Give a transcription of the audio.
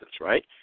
right